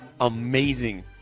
amazing